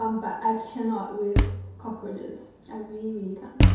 um but i cannot with cockroaches. i really really can't.